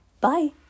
Bye